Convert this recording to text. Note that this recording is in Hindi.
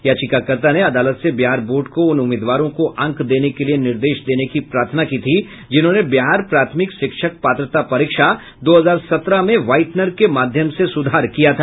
याचिकाकर्ता ने अदालत से बिहार बोर्ड को उन उम्मीदवारों को अंक देने के लिए निर्देश देने की प्रार्थना की थी जिन्होंने बिहार प्राथमिक शिक्षक पात्रता परीक्षा दो हजार सत्रह में व्हाइटनर के माध्यम से सुधार किया था